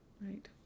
Right